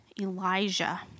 Elijah